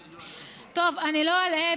טוב, אני לא אלאה.